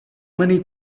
many